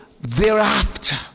thereafter